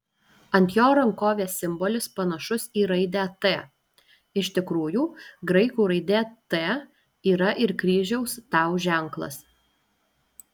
ant jo rankovės simbolis panašus į raidę t iš tikrųjų graikų raidė t yra ir kryžiaus tau ženklas